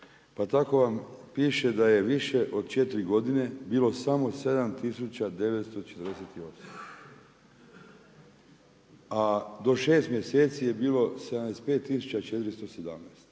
Pa tako vam piše da je više od 4 godine bilo samo 7948. A do 6 mjeseci je bilo 75417.